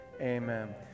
amen